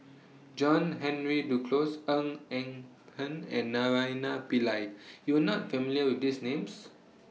John Henry Duclos Ng Eng Hen and Naraina Pillai YOU Are not familiar with These Names